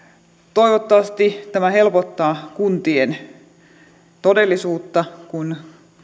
toivottavasti tämä helpottaa kuntien todellisuutta kun